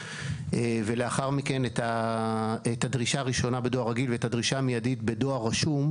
ולאחר מכן את הדרישה המיידית בדואר רשום,